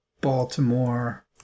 Baltimore